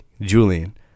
Julian